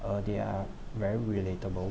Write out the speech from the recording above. uh they are very relatable